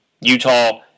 Utah